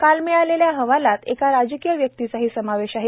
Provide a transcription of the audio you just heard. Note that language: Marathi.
काल मिळालेल्या अहवालात एका राजकीय व्यक्तीचाही समावेश आहे